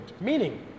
Meaning